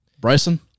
Bryson